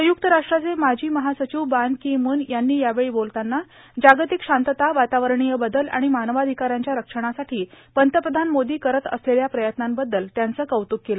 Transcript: संयुक्त राष्ट्राचे माजी महासचिव बान की मून यांनी यावेळी बोलताना जागतिक शांतता वातावरणीय बदल आणि मानवाधिकारांच्या रक्षणासाठी पंतप्रधान मोदी करत असलेल्या प्रयत्नांबद्दल त्यांचं कौतुक केलं